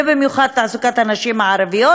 ובמיוחד תעסוקת הנשים הערביות